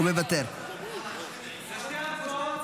המציעים רוצים להשיב?